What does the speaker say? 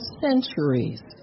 centuries